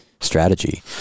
strategy